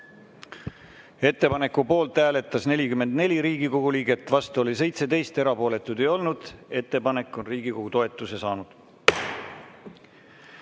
Ettepaneku poolt hääletas 44 Riigikogu liiget, vastu oli 17, erapooletuid ei olnud. Ettepanek on Riigikogu toetuse saanud.